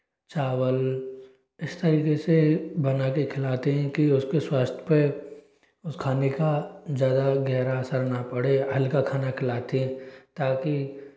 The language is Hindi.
चावल इस तरीके से बनाके खिलाते है कि उसके स्वास्थ्य पर उस खाने का ज़्यादा गहरा असर ना पड़े हल्का खाना खिलाते हैं ताकि